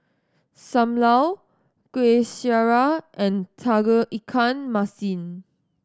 Sam Lau Kuih Syara and Tauge Ikan Masin